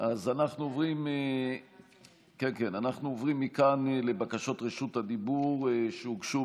אנחנו עוברים מכאן לבקשות רשות הדיבור שהוגשו,